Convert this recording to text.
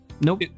nope